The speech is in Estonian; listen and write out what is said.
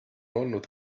olnud